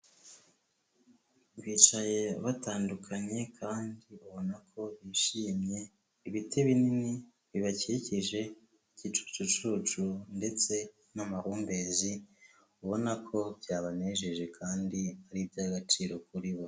Bicaye batandukanye kandi ubona ko bishimye, ibiti binini bibakikije, igicucucu ndetse n'amahumbezi, ubona ko byabanejeje kandi ari iby'agaciro kuri bo.